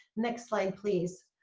next slide please,